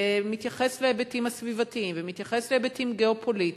שמתייחס להיבטים הסביבתיים ומתייחס להיבטים גיאו-פוליטיים,